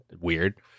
weird